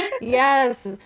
yes